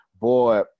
Boy